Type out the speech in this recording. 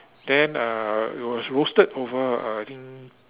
then uh it was roasted over I think